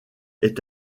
est